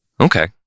okay